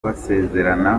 basezerana